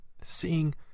seeing